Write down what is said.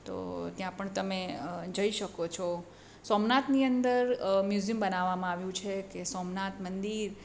તો ત્યાં પણ તમે જઈ શકો છો સોમનાથની અંદર મ્યુઝયમ બનાવામાં આવ્યું છે કે સોમનાથ મંદિર